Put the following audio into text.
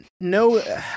No